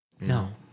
No